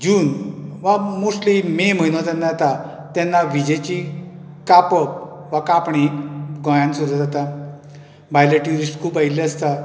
जून वा mostly May म्हयनो येता तेन्ना विजेची कापप वा कापणी गोंयांत सुरू जाता भायले टुरिस्ट खूब आयिल्ले आसता